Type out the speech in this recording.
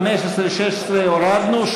15, 16 הורדנו.